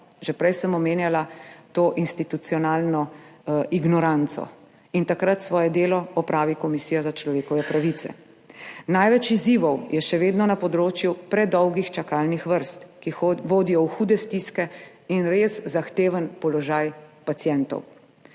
že prej sem omenjala to institucionalno ignoranco, in takrat svoje delo opravi Komisija za človekove pravice. Največ izzivov je še vedno na področju predolgih čakalnih vrst, ki vodijo v hude stiske in res zahteven položaj pacientov.